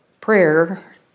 Prayer